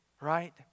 right